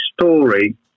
story